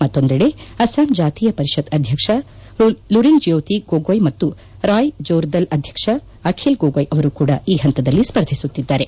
ಮತ್ತೊಂದೆಡೆ ಅಸ್ಪಾಂ ಜಾತೀಯ ಪರಿಷತ್ ಅಧ್ಯಕ್ಷ ಲುರಿನ್ಜೋತಿ ಗೊಗೊಯ್ ಮತ್ತು ರಾಯ್ ಜೋರ್ದಲ್ ಅಧ್ಯಕ್ಷ ಅಖಿಲ್ ಗೊಗೊಯ್ ಅವರು ಕೂಡಾ ಈ ಹಂತದಲ್ಲಿ ಸ್ಪರ್ಧಿಸುತ್ತಿದ್ದಾರೆ